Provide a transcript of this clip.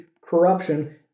corruption